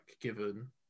given